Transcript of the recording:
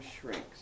shrinks